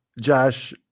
Josh